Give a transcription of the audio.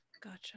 Gotcha